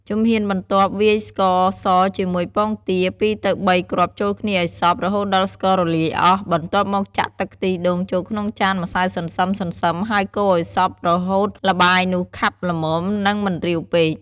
ជំហានបន្ទាប់ វាយស្ករសជាមួយពងទា ២ទៅ៣ គ្រាប់ចូលគ្នាឱ្យសព្វ រហូតដល់ស្កររលាយអស់ បន្ទាប់មក ចាក់ទឹកខ្ទិះដូងចូលក្នុងចានម្សៅសន្សឹមៗ ហើយកូរឱ្យសព្វ រហូតល្បាយនោះខាប់ល្មម និងមិនរាវពេក។